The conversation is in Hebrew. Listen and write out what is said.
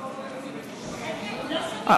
נעבור ל-8.